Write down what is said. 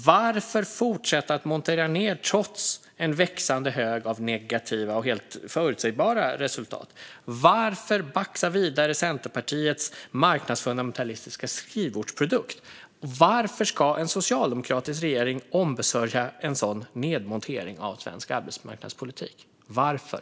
Varför fortsätta att montera ned, trots en växande hög av negativa och helt förutsägbara resultat? Varför baxa vidare Centerpartiets marknadsfundamentalistiska skrivbordsprodukt? Varför ska en socialdemokratisk regering ombesörja en sådan nedmontering av svensk arbetsmarknadspolitik? Varför?